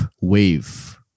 Wave